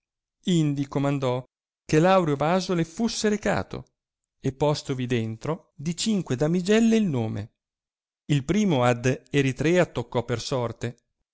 indi comandò che l aureo vaso le fusse recato e postovi dentro di cinque damigelle il nome il primo ad eritrea toccò per sorte